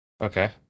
Okay